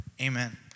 Amen